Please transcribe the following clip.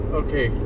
okay